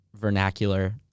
vernacular